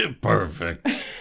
Perfect